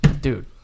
Dude